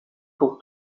pour